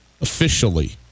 officially